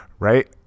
Right